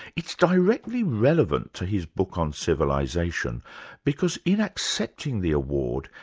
it's directly relevant to his book on civilisation because in accepting the award,